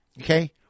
Okay